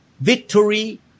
Victory